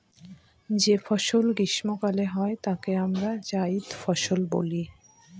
যে ফসল গ্রীস্মকালে হয় তাকে আমরা জাইদ ফসল বলি